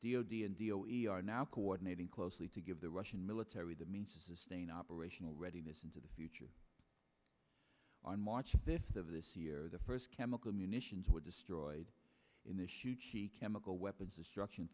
o d and v o a are now coordinating closely to give the russian military the means to sustain operational readiness into the future on march fifth of this year the first chemical munitions were destroyed in the shoot she chemical weapons a struct